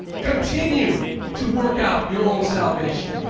continue to work out your own salvation.